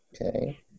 Okay